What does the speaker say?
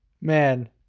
Man